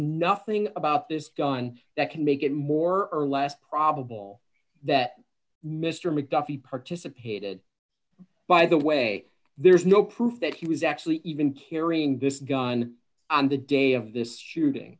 nothing about this gun that can make it more or less probable that mr mcduffee participated by the way there's no proof that he was actually even carrying this gun on the day of this shooting